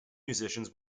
musicians